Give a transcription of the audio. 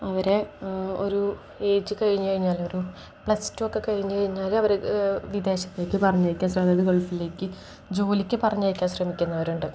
അവരെ ഒരു ഏജ് കഴിഞ്ഞു കഴിഞ്ഞാൽ ഒരു പ്ലസ് ടു ഒക്കെ കഴിഞ്ഞു കഴിഞ്ഞാൽ അവർ വിദേശത്തേക്ക് പറഞ്ഞയക്കാൻ ശ്രമ ഗൾഫിലേക്ക് ജോലിക്കു പറഞ്ഞയക്കാൻ ശ്രമിക്കുന്നവരുണ്ട്